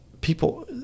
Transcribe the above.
people